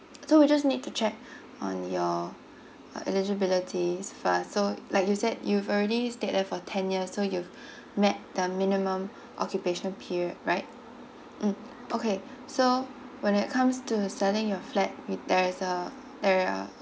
so we just need to check on your uh eligibility first so like you said you've already stayed there for ten years so you've met the minimum occupation period right mm okay so when it comes to selling your flat with there is a there are